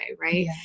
Right